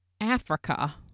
africa